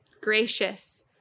gracious